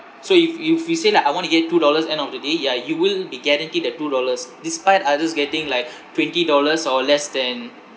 so if you if you say like I want to get two dollars end of the day ya you will be guaranteed the two dollars despite others getting like twenty dollars or less than